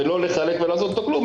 ולא לחלק ולא לעשות איתו כלום,